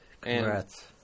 Congrats